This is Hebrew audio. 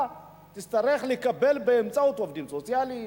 תצטרך לקבל באמצעות עובדים סוציאליים,